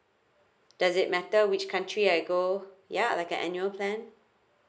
does it matter which country I go yeah like an annual plan